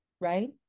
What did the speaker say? Right